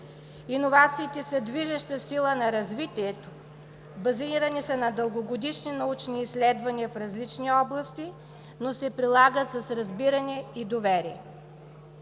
Иновациите са движеща сила на развитието, базирани са на дългогодишни научни изследвания в различни области, но се прилагат с разбиране и доверие.